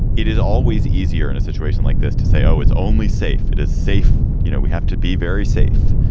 it is always easier in a situation like this to say, oh, it's only safe it is safe. you know, we have to be very safe.